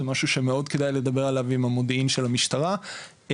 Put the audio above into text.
זה משהו שמאוד כדאי לדבר עליו עם המודיעין של המשטרה ובעצם,